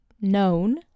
known